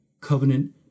covenant